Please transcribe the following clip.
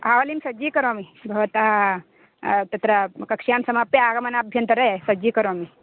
आवलीं सज्जीकरोमि भवता तत्र कक्ष्यां समाप्य आगमनाभ्यन्तरे सज्जीकरोमि